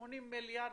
80 מיליארד,